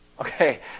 Okay